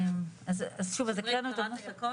שמרית הקראת את הכל?